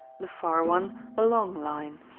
the far one the long line.